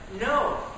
No